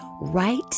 right